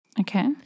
Okay